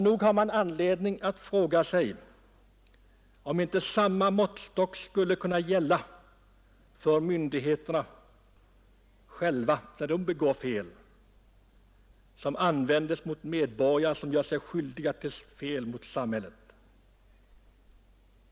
Nog har man anledning att fråga sig om inte samma måttstock som används mot medborgare vilka gör sig skyldiga till fel mot samhället skall gälla för myndigheterna själva när de begår fel.